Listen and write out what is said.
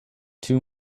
two